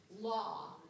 law